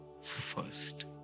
first